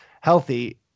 healthy